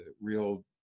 real